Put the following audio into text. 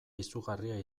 izugarria